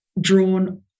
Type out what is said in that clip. drawn